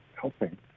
helping